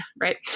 right